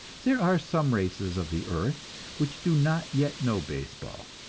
there are some races of the earth which do not yet know baseball,